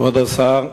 כבוד השר,